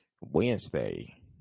Wednesday